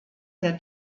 der